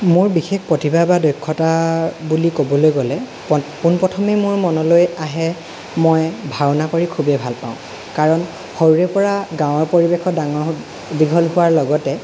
মোৰ বিশেষ প্ৰতিভা বা দক্ষতা বুলি ক'বলৈ গ'লে পোনপ্ৰথমে মোৰ মনলৈ আহে মই ভাওনা কৰি খুবেই ভাল পাওঁ কাৰণ সৰুৰে পৰা গাঁৱৰ পৰিৱেশত ডাঙৰ দীঘল হোৱাৰ লগতে